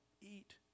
eat